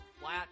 flat